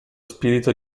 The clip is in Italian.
spirito